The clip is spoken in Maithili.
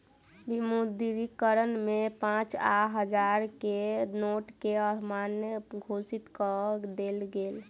विमुद्रीकरण में पाँच आ हजार के नोट के अमान्य घोषित कअ देल गेल